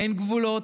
אין גבולות,